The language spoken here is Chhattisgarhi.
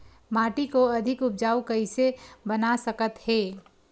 माटी को अधिक उपजाऊ कइसे बना सकत हे?